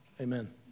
amen